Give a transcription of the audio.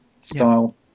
style